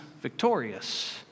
victorious